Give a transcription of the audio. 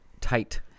tight